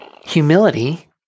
Humility